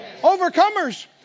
Overcomers